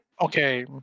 Okay